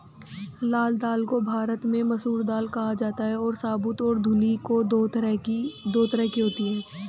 लाल दाल को भारत में मसूर दाल कहा जाता है और साबूत और धुली दो तरह की होती है